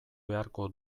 beharko